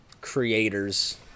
creators